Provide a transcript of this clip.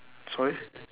sorry